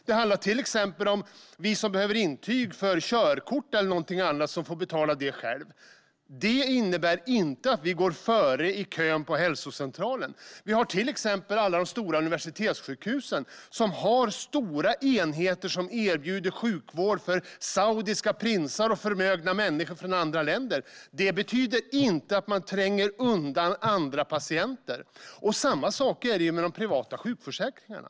Det handlar till exempel om att vi som behöver intyg för körkort eller annat får betala det själva. Det innebär inte att vi går före i kön på hälsocentralen. Vi har till exempel alla de stora universitetssjukhusen som har stora enheter som erbjuder sjukvård för saudiska prinsar och förmögna människor från andra länder. Det betyder inte att man tränger undan andra patienter. Samma sak är det med de privata sjukförsäkringarna.